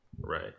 Right